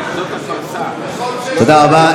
תודה רבה.